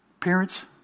Parents